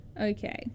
Okay